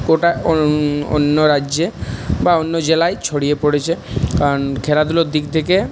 গোটা অন্য রাজ্যে বা অন্য জেলায় ছড়িয়ে পড়েছে কারণ খেলাধুলোর দিক থেকে